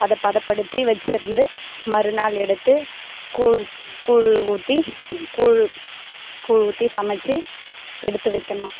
அதை பதப்படுத்தி வெச்சுருந்து மறுநாள் எடுத்து கூழ் கூழ் ஊற்றி கூழ் கூழ் ஊற்றி சமச்சு எடுத்து வைக்கணும்